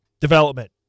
development